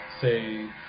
say